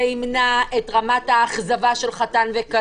זה ימנע את רמת האכזבה של המתחתנים.